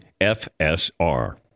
FSR